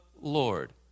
Lord